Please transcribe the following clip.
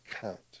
count